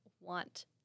want